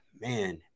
man